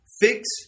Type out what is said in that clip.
Fix